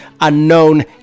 unknown